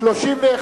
51,